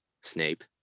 Snape